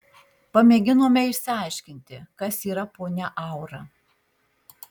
pamėginome išsiaiškinti kas yra ponia aura